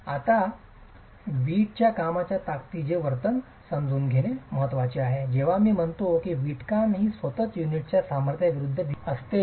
आता वीटच्या कामाच्या ताकदीचे वर्तन समजून घेणे महत्वाचे आहे जेव्हा मी म्हणतो की वीटकाम ही स्वतःच युनिटच्या सामर्थ्या विरूद्ध असते